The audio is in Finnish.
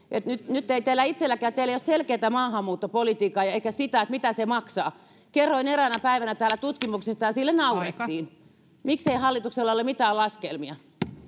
nyt ei teillä itselläkään ole selkeätä maahanmuuttopolitiikkaa eikä tietoa siitä mitä se maksaa kerroin eräänä päivänä täällä tutkimuksista ja sille naurettiin miksei hallituksella ole mitään laskelmia